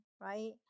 right